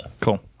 Cool